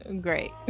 Great